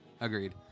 agreed